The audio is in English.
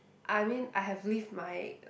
I mean I have lived my like